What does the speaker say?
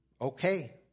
okay